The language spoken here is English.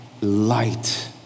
light